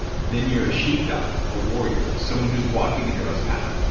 then you're a sheepdog, a warrior, someone who's walking a hero's path,